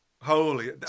Holy